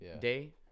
Day